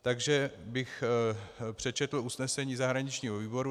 Takže bych přečetl usnesení zahraničního výboru.